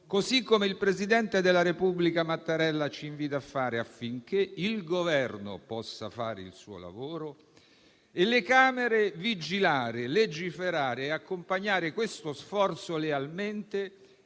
a cui il presidente della Repubblica Mattarella ci invita, affinché il Governo possa fare il suo lavoro e le Camere vigilare, legiferare e accompagnare questo sforzo lealmente,